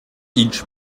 each